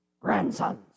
grandsons